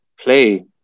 play